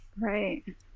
right